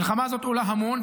המלחמה הזאת עולה המון,